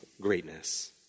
greatness